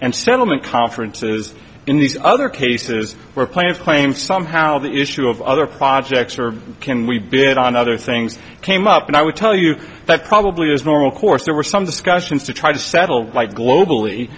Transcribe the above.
and settlement conferences in these other cases where plants claim somehow the issue of other projects or can we bid on other things came up and i would tell you that probably is normal course there were some discussions to try to settle globally